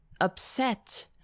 upset